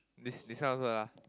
this this one also lah